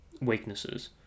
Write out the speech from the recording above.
weaknesses